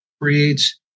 creates